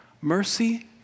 mercy